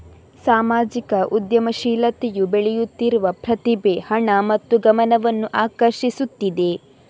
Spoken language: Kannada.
ಸಾಮಾಜಿಕ ಉದ್ಯಮಶೀಲತೆಯು ಬೆಳೆಯುತ್ತಿರುವ ಪ್ರತಿಭೆ, ಹಣ ಮತ್ತು ಗಮನವನ್ನು ಆಕರ್ಷಿಸುತ್ತಿದೆ